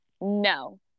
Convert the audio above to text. no